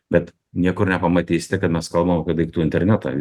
bet niekur nepamatysite kad mes kalbam kad daiktų internetą